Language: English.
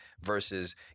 versus